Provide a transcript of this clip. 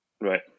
right